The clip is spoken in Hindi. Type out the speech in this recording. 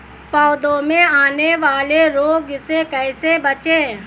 पौधों में आने वाले रोग से कैसे बचें?